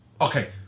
Okay